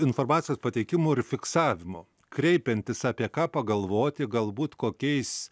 informacijos pateikimo ir fiksavimo kreipiantis apie ką pagalvoti galbūt kokiais